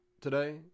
today